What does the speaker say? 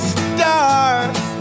stars